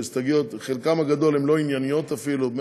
חלקן הגדול הן לא ענייניות אפילו,